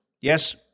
yes